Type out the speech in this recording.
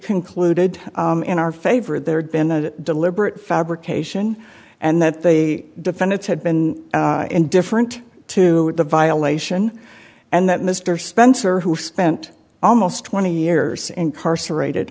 concluded in our favor there had been a deliberate fabrication and that the defendants had been indifferent to the violation and that mr spencer who spent almost twenty years incarcerated